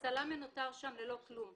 ונלחמו לדיור הולם,